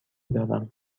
دارم